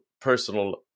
personal